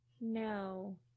no